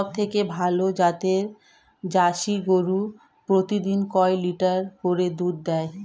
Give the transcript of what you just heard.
সবথেকে ভালো জাতের জার্সি গরু প্রতিদিন কয় লিটার করে দুধ দেয়?